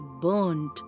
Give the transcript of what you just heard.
burned